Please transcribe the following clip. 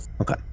Okay